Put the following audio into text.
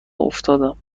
افتادم